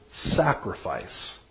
sacrifice